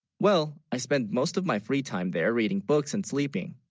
well i spend most of my, free time there reading, books and sleeping